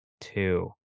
two